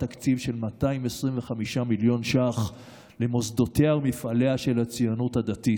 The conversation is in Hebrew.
תקציב של 225 מיליון שקלים למוסדותיה ומפעליה של הציונות הדתית,